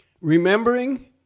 Remembering